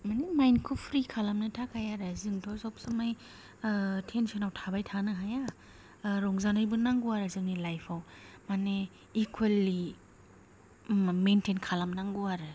मानि माइन्दखौ फ्रि खालामनो थाखाय आरो जोंथ' सबस'माय थेनसनाव थाबाय थानो हाया रंजानायबो नांगौ आरो जोंनि लाइफ आव मानि इकुइलि मेनथेन खालामनांगौ आरो